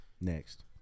Next